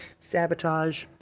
Sabotage